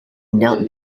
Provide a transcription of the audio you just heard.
knelt